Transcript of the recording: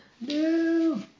No